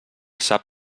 sap